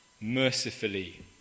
Mercifully